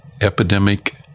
epidemic